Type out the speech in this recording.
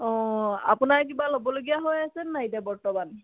আপোনাৰ কিবা ল'বলগীয়া হৈ আছে নাই এতিয়া বৰ্তমান